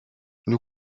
nous